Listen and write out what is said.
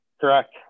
Correct